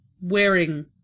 wearing